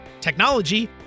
technology